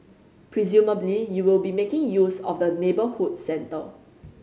presumably you will be making use of the neighbourhood centre